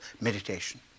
meditation